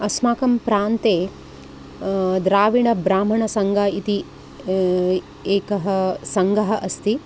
अस्माकं प्रान्ते द्राविडब्राह्मणसङ्घः इति एकः सङ्घः अस्ति